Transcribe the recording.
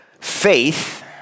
Faith